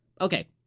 Okay